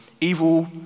evil